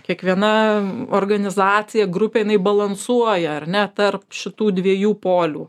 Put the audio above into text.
kiekviena organizacija grupė jinai balansuoja ar ne tarp šitų dviejų polių